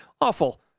awful